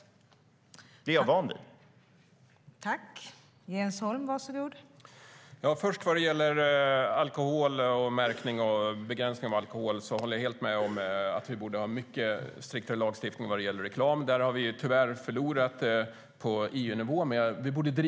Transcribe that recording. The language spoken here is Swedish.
Det är jag van vid.